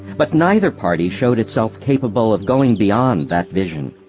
but neither party showed itself capable of going beyond that vision.